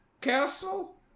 castle